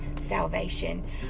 salvation